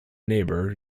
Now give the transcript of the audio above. neighbour